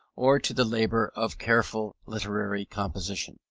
or to the labour of careful literary composition.